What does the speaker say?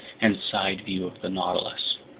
and side view of the nautilus.